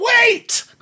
wait